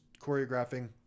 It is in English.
choreographing